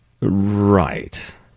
right